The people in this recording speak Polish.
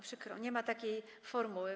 Przykro mi, nie ma takiej formuły.